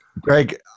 Greg